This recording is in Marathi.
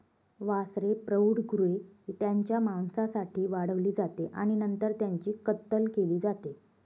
वासरे प्रौढ गुरे त्यांच्या मांसासाठी वाढवली जाते आणि नंतर त्यांची कत्तल केली जाते